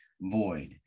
void